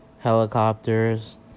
helicopters